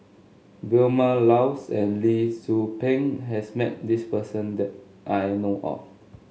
Vilma Laus and Lee Tzu Pheng has met this person that I know of